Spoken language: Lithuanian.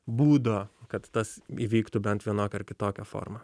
būdo kad tas įvyktų bent vienokia ar kitokia forma